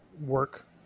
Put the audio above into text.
work-